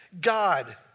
God